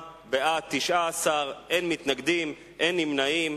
19, אין מתנגדים, אין נמנעים.